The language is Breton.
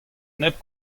nep